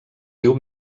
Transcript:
riu